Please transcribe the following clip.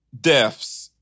deaths